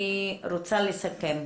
אז אני מסכמת.